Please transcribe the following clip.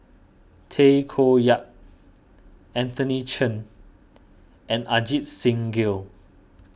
Tay Koh Yat Anthony Chen and Ajit Singh Gill